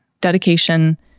dedication